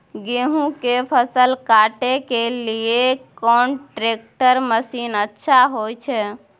गेहूं के फसल काटे के लिए कोन ट्रैक्टर मसीन अच्छा होय छै?